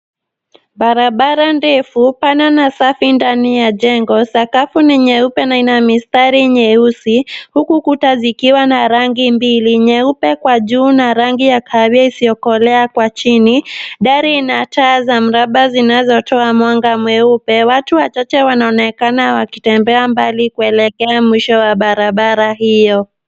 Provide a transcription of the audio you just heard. Barabara ndefu, pana na safi ndani ya jengo. Sakafu ni nyeupe na ina mistari nyeusi, huku kuta zikiwa na rangi mbili; nyeupe kwa juu na rangi ya kahawia isiyokolea kwa chini. Dari ina taa za mraba zinazotoa mwanga mweupe. Watu wachache wanaonekana wakitemba mbali kuelekea mwisho wa barabara hiyo.